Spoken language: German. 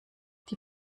die